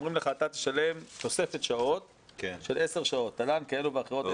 ואומרים לך: אתה תשלם תוספת שעות של עשר שעות תל"ן וכולי.